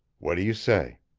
what do you say?